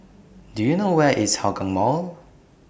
Do YOU know Where IS Hougang Mall